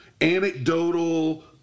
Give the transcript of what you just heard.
anecdotal